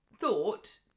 thought